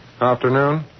Afternoon